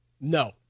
No